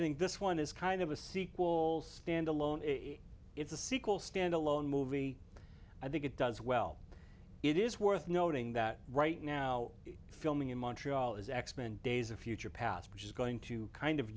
think this one is kind of a sequel standalone it's a sequel standalone movie i think it does well it is worth noting that right now filming in montreal is x men days of future past which is going to kind of